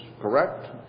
correct